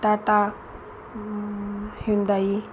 Tata हिंदाई